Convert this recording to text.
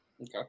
okay